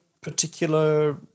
particular